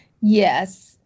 Yes